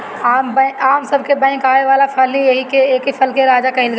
आम सबके पसंद आवे वाला फल ह एही से एके फल के राजा कहल गइल बा